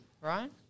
right